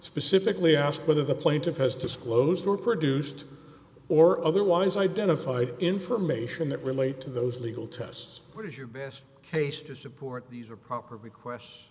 specifically asked whether the plaintiff has disclosed or produced or otherwise identified information that relate to those legal tests what is your best case to support these are proper requests